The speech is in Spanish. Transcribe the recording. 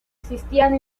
existían